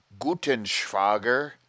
Gutenschwager